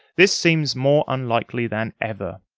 this seems more unlikely than ever.